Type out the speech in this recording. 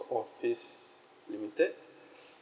office limited